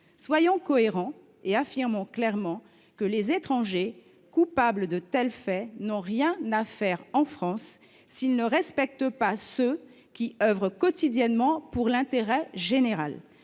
soyons cohérents et affirmons clairement que les étrangers coupables de tels faits n’ont rien à faire en France. En ne respectant pas ceux qui œuvrent quotidiennement pour l’intérêt général,